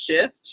shift